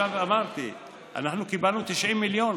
עכשיו אמרתי: קיבלנו 90 מיליון.